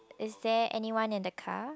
is there anyone in the car